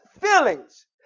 feelings